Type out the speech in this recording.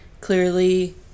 clearly